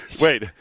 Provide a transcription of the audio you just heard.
Wait